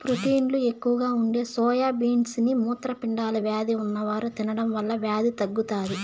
ప్రోటీన్లు ఎక్కువగా ఉండే సోయా బీన్స్ ని మూత్రపిండాల వ్యాధి ఉన్నవారు తినడం వల్ల వ్యాధి తగ్గుతాది